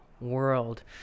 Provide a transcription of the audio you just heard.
world